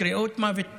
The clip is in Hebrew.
הקריאות "מוות לערבים",